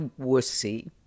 Wussy